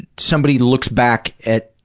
somebody looks back at,